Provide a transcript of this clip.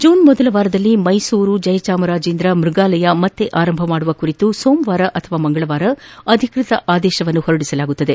June ಮೊದಲ ವಾರದಲ್ಲಿ ಮೈಸೂರು ಜಯಚಾಮರಾಜೇಂದ್ರ ಮೈಗಾಲಯ ಮನಾರಂಭ ಮಾಡುವ ಕುರಿತು ಸೋಮವಾರ ಅಥವಾ ಮಂಗಳವಾರ ಅಧಿಕೃತ ಆದೇಶ ಹೊರಡಿಸಲಾಗುವುದು